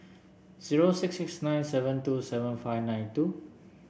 zero six six nine seven two seven five nine two